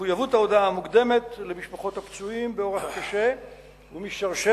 מחויבות ההודעה המוקדמת למשפחות הפצועים באורח קשה ושרשרת